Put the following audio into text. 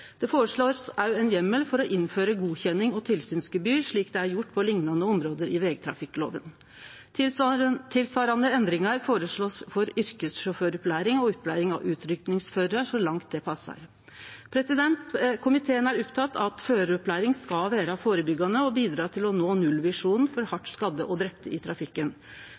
Det blir òg føreslått ein heimel for å innføre godkjennings- og tilsynsgebyr, slik det er gjort på liknande område i vegtrafikklova. Tilsvarande endringar blir føreslått for yrkessjåføropplæring og opplæring av utrykkingsførarar så langt det passar. Komiteen er oppteken av at føraropplæringa skal vere førebyggjande og bidra til å nå nullvisjonen for hardt skadde og drepne i trafikken.